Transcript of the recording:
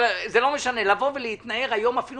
אבל זה לא משנה, להתנער היום אפילו